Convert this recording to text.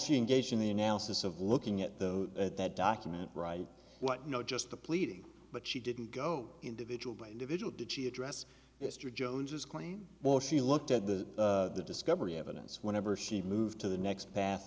she engaged in the analysis of looking at though that document right what not just the pleading but she didn't go individual by individual did she address mr jones's claim or she looked at the discovery evidence whenever she moved to the next path